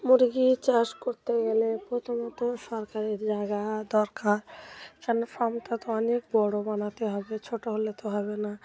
মুরগি চাষ করতে গেলে প্রথমত সরকারের জায়গা দরকার কেননা ফার্মটা তো অনেক বড় বানাতে হবে ছোট হলে তো হবে না